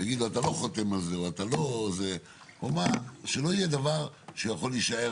ויגיד לו: אתה לא חותם על זה שלא יהיה דבר שיכול להישאר,